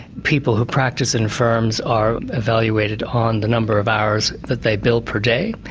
people who practise in firms are evaluated on the number of hours that they bill per day.